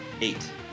eight